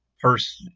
first